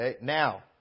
Now